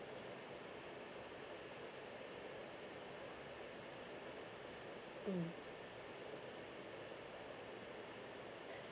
mm